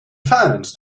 financed